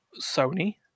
Sony